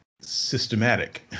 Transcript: systematic